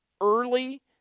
early